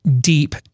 deep